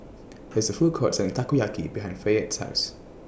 There IS A Food Court Selling Takoyaki behind Fayette's House